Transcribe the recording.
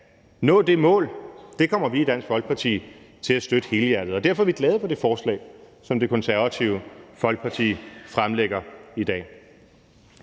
nå det mål, kommer vi i Dansk Folkeparti til at støtte helhjertet. Og derfor er vi glade for det forslag, som Det Konservative Folkeparti fremsætter i dag.